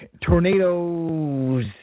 tornadoes